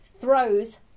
throws